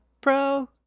pro